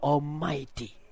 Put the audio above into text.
Almighty